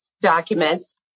documents